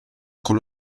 con